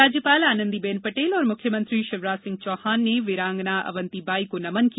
राज्यपाल आनंदीबेन पटेल और मुख्यमंत्री शिवराज सिंह चौहान वीरांगना अवन्तिबाई को नमन किया